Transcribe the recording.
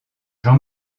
jean